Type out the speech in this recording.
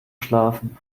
schlafen